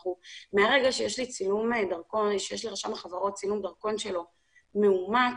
מהרגע שיש לרשם החברות צילום דרכון שלו והוא מאומת,